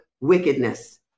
wickedness